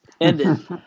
ended